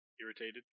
irritated